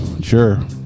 Sure